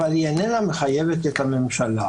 אבל היא איננה מחייבת את הממשלה.